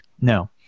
No